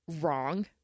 wrong